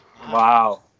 Wow